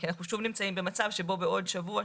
כי אנחנו שוב נמצאים במצב שבו בעוד שבוע,